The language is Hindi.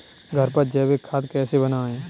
घर पर जैविक खाद कैसे बनाएँ?